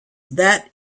that